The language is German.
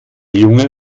junge